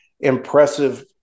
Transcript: impressive